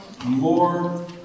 more